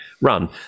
run